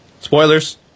Spoilers